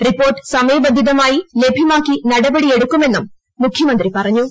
report സമയബന്ധിതമായി ലഭ്യമാക്കി നടപടിയെടുക്കുമെന്നും മുഖ്യമന്ത്രി പറഞ്ഞു